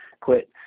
quit